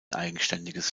eigenständiges